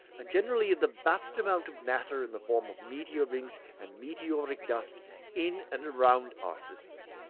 and generally of the vast amount of matter in the form of meteor-rings and meteoric dust in and around our system,